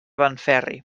benferri